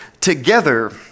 together